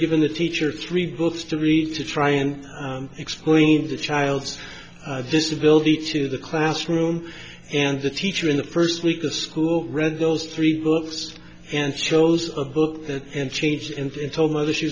given the teacher three books to read to try and explain the child's disability to the classroom and the teacher in the first week of school read those three books and chose a book and change and told mother she